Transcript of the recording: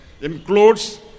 includes